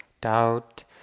doubt